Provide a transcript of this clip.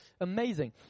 Amazing